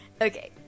Okay